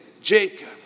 Jacob